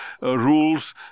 rules